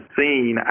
seen